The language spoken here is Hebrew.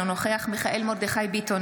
אינו נוכח מיכאל מרדכי ביטון,